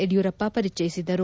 ಯಡಿಯೂರಪ್ಪ ಪರಿಚಯಿಸಿದರು